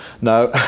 no